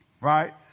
Right